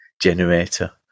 generator